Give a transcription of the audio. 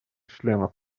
членов